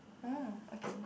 orh okay